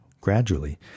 Gradually